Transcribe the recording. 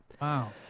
Wow